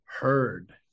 heard